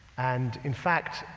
and in fact,